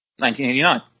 1989